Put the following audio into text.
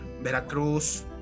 Veracruz